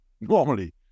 Normally